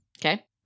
Okay